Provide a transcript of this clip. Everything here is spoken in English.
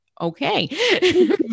okay